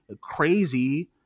crazy